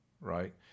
right